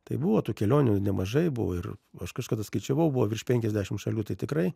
tai buvo tų kelionių nemažai buvo ir aš kažkada skaičiavau buvo virš penkiasdešimt šalių tai tikrai